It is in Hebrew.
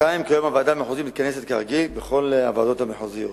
כיום הוועדה המחוזית מתכנסת כרגיל ככל הוועדות המחוזיות.